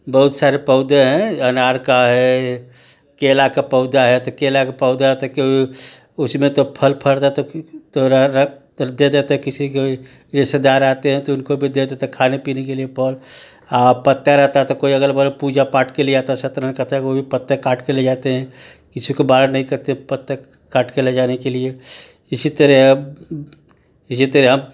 बहुत सारे पौधे हैं अनार का है केला का पौधा है तो केला का पौधा होता उसमें तो फल फरता तो थोड़ा रख देते किसी को भी रिश्तेदार आते हैं तो उनको भी दे देते हैं खाने पीने के लिए पर पाता रहता तो अगल बगल मे पूजा पाठ के लिए तो सतरण करता वो भी पत्ते काट कर ले जाते हैं किसी को बार नहीं करते पत्ते काट कर ले जाने के लिए इसी तरह अब इसी तरह